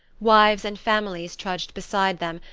wives and families trudged beside them,